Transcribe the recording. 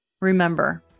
Remember